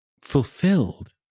fulfilled